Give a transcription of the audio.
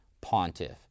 pontiff